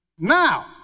Now